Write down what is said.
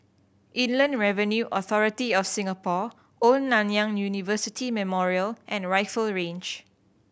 Inland Revenue Authority of Singapore Old Nanyang University Memorial and Rifle Range